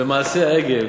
במעשה העגל,